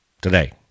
today